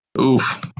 Oof